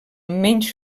menys